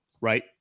right